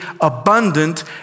abundant